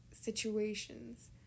situations